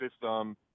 system